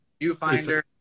viewfinder